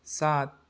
सात